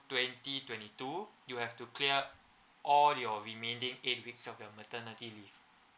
twenty twenty two you have to clear all your remaining eight weeks of your maternity leave